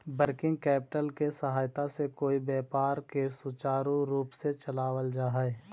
working capital के सहायता से कोई व्यापार के सुचारू रूप से चलावल जा हई